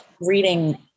reading